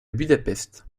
budapest